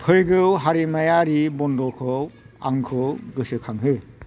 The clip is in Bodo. फैगौ हारिमायारि बन्द'खौ आंखौ गोसोखांहो